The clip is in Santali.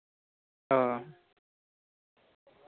ᱦᱮᱸ